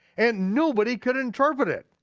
and nobody could interpret it.